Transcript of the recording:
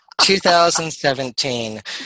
2017